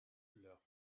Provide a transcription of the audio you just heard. leurs